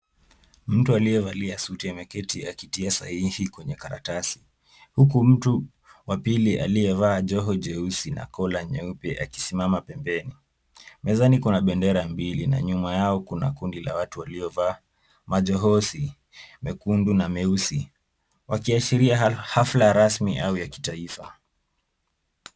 Mtu aliyevalia suti ameketi akitia sahihi kwenye karatasi, huku mtu wa pili aliyevaa joho jeusi na kola nyeupe akisimama pembeni, mezani kuna bendera mbili na nyuma yao kuna kundi la watu waliovaa majohosi mekundu na meusi, wakiashiria hafla rasli au ya kitaifa.